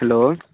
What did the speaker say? hello